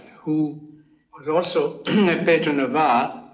who was also a patron of art,